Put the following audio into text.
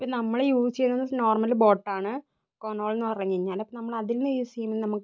ഇപ്പം നമ്മൾ യൂസ് ചെയ്യുന്നത് എന്ന് വെച്ചാല് നോർമൽ ബോട്ടാണ് കോനോൾ എന്ന് പറഞ്ഞിരുന്നാല് അപ്പം നമ്മള് അതിന് യൂസ് ചെയ്യുന്നത് നമുക്ക്